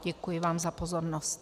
Děkuji vám za pozornost.